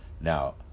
Now